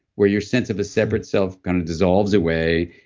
where your sense of a separate self kind of dissolves away,